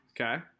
Okay